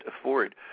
afford